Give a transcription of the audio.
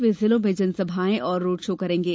वे जिलों में जनसभाएं और रोड शो करेंगे